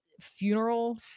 funeral